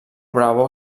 bravo